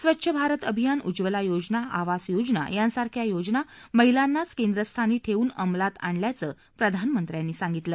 स्वच्छ भारत अभियान उज्ज्वला योजना आवास योजना यासारख्या योजना महिलांनाच केंद्रस्थानी ठेऊन अंमलात आणल्याचं प्रधानमंत्र्यांनी सांगितलं